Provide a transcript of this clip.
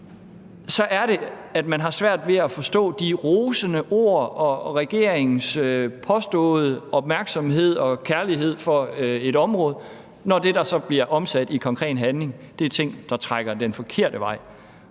Så er det, at man har svært ved at forstå de rosende ord og regeringens påståede opmærksomhed og kærlighed for et område, når de ord omsættes i konkret handling og udmøntes i ting, der trækker den forkerte vej.